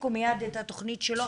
שהפסיקו מייד את התוכנית שלו,